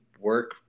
work